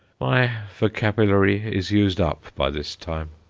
my vocabulary is used up by this time.